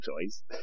choice